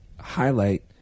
highlight